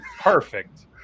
Perfect